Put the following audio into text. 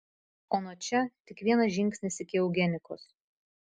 o nuo čia tik vienas žingsnis iki eugenikos